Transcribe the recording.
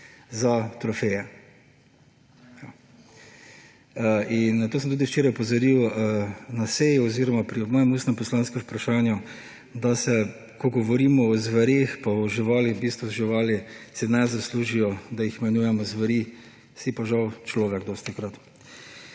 za trofeje. Na to sem tudi včeraj opozoril na seji oziroma pri mojem ustnem poslanskem vprašanju, da se, ko govorimo o zvereh pa o živalih, si v bistvu živali ne zaslužijo, da jih imenujemo zveri, si pa žal človek dostikrat.